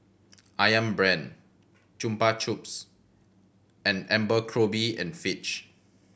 Ayam Brand Chupa Chups and Abercrombie and Fitch